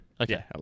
Okay